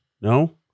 No